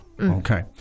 Okay